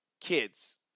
kids